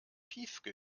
piefke